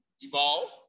evolve